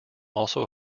also